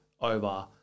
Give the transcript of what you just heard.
over